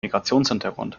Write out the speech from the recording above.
migrationshintergrund